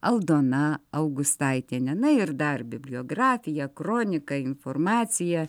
aldona augustaitienė na ir dar bibliografija kronika informacija